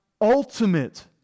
ultimate